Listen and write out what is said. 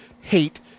hate